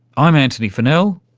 i'm antony funnell,